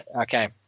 Okay